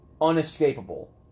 unescapable